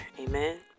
Amen